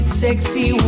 sexy